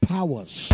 Powers